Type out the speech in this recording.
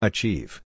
Achieve